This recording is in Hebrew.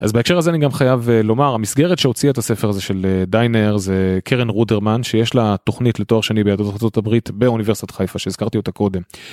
אז בהקשר הזה אני גם חייב לומר, המסגרת שהוציאה את הספר הזה של דיינר זה קרן רוטרמן שיש לה תוכנית לתואר שני ביהדות ארצות הברית באוניברסיטת חיפה שהזכרתי אותה קודם.